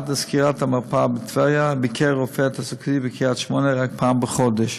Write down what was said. עד לסגירת המרפאה בטבריה ביקר רופא תעסוקתי בקריית-שמונה רק פעם בחודש,